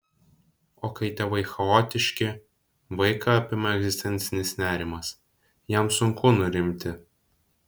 o kai tėvai chaotiški vaiką apima egzistencinis nerimas jam sunku nurimti